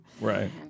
Right